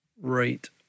Right